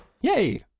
Yay